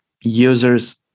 users